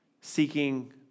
seeking